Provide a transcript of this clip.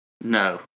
No